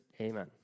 Amen